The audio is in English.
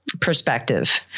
perspective